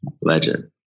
legend